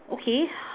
okay